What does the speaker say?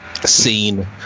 scene